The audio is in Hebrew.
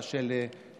שבעה של ימינה,